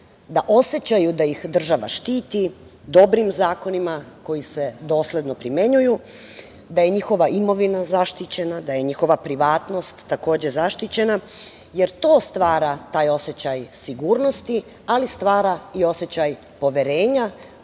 da osećaju da ih država štiti dobrim zakonima koji se dosledno primenjuju, da je njihova imovina zaštićena, da je njihova privatnost takođe zaštićena, jer to stvara taj osećaj sigurnosti, ali stvara i osećaj poverenja